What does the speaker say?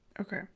Okay